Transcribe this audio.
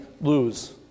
lose